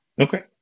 Okay